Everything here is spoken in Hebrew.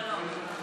לא, לא.